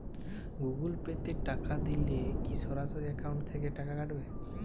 Google Pay তে টাকা দিলে কি সরাসরি অ্যাকাউন্ট থেকে টাকা কাটাবে?